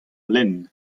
lenn